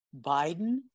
Biden